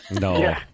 No